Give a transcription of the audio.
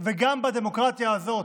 וגם בדמוקרטיה הזאת,